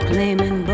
Claiming